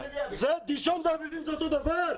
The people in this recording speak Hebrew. --- דישון ואביבים זה אותו הדבר?